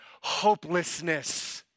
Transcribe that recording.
hopelessness